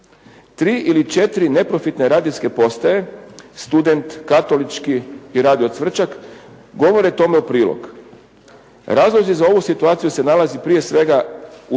Ti ili četiri neprofitne radijske postaje „Student“, „katolički“ i „Radio Cvrčak“ govore tome u prilog. Razlozi za ovu situaciju se nalaze prije svega u